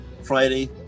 Friday